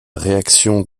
réaction